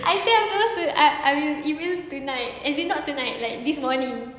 I say I'm supposed to I I will email tonight as in not tonight this morning